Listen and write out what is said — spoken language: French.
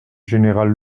général